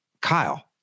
Kyle